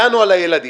- הגנו על הילדים,